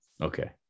okay